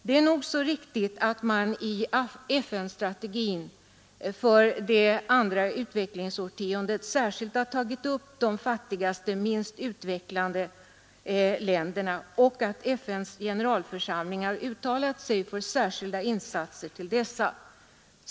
Det är nog så riktigt att FN-strategin för det andra utvecklingsårtiondet särskilt har tagit upp de fattigaste, minst utvecklade länderna och att FN:s generalförsamling har uttalat sig för särskilda insatser för dessa.